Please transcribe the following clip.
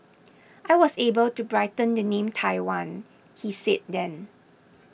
I was able to brighten the name Taiwan he said then